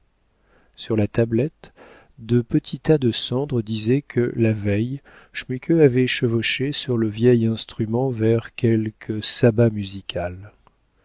sur la tablette de petits tas de cendres disaient que la veille schmuke avait chevauché sur le vieil instrument vers quelque sabbat musical